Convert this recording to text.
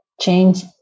change